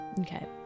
Okay